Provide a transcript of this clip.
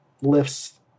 lifts